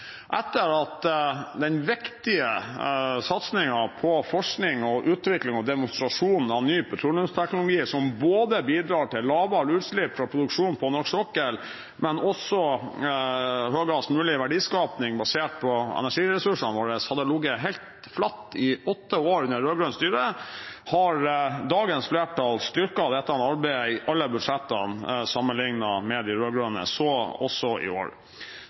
Etter at den viktige satsingen på forskning, utvikling og demonstrasjon av ny petroleumsteknologi, som både bidrar til lavere utslipp fra produksjon på norsk sokkel og til høyest mulig verdiskaping basert på energiressursene våre, hadde ligget helt flat i åtte år under rød-grønt styre, har dagens flertall styrket dette arbeidet i alle budsjettene sammenlignet med de rød-grønne – så også i år.